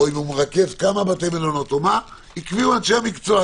אם הוא מרכז כמה בתי מלון יקבעו אנשי המקצוע.